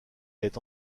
est